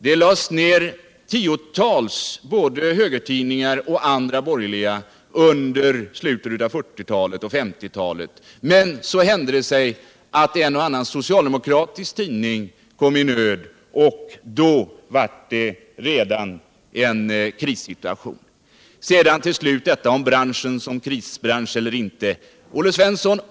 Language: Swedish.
Det lades ned tiotals högertidningar och andra borgerliga tidningar under slutet av 1940-talet och 1950-talet, men så hände det sig att en och annan socialdemokratisk tidning kom i nöd, och då blev det genast en krissituation. Till slut detta om branschen som krisbransch eller inte. Olle Svensson!